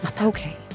okay